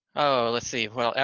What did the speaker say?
oh, let's see, well,